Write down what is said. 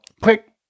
Quick